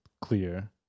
clear